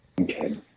Okay